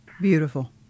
Beautiful